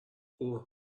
اوه